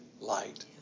light